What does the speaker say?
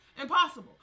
impossible